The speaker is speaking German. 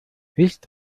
licht